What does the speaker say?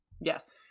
yes